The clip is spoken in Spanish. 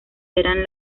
eran